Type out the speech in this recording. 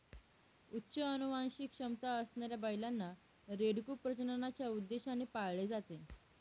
उच्च अनुवांशिक क्षमता असणाऱ्या बैलांना, रेडकू प्रजननाच्या उद्देशाने पाळले जाते